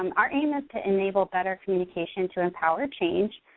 um our aim is to enable better communication to empower change.